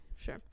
Sure